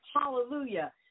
Hallelujah